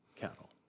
cattle